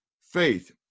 faith